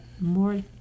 More